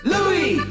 Louis